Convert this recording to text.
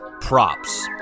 props